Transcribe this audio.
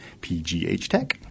pghtech